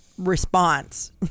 response